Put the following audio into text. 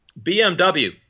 BMW